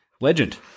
legend